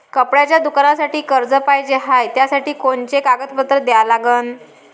कपड्याच्या दुकानासाठी कर्ज पाहिजे हाय, त्यासाठी कोनचे कागदपत्र द्या लागन?